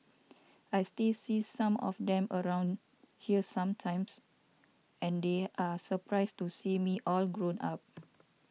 I still see some of them around here sometimes and they are surprised to see me all grown up